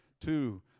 two